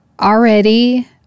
already